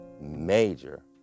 major